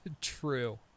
True